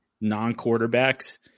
non-quarterbacks